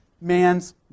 man's